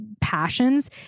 passions